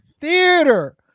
Theater